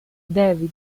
david